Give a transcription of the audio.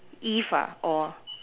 if ah or